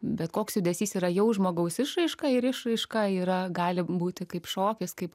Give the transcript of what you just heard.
bet koks judesys yra jau žmogaus išraiška ir išraiška yra gali būti kaip šokis kaip